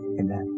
Amen